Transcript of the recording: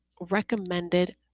recommended